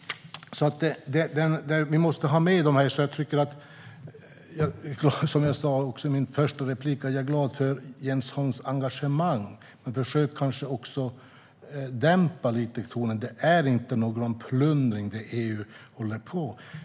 Vi måste ha med det. Som jag sa i mitt första inlägg är jag glad för Jens Holms engagemang. Men försök att kanske dämpa tonen lite. Det är inte någon plundring som EU håller på med.